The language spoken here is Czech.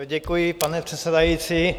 Děkuji, pane předsedající.